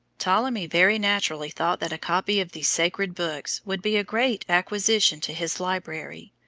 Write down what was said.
ptolemy very naturally thought that a copy of these sacred books would be a great acquisition to his library.